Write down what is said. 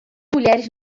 mulheres